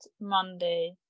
Monday